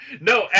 No